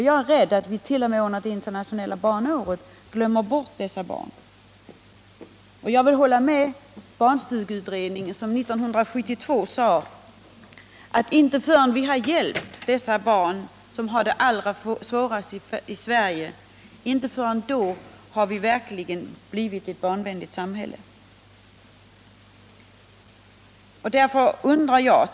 Jag är rädd att vi t.o.m. under internationella barnåret glömmer bort dessa barn. Och jag vill hålla med barnstugeutredningen, som 1972 sade att inte förrän vi hjälpt de barn som har det allra svårast i Sverige har vi verkligen blivit ett barnvänligt samhälle.